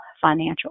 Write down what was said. financial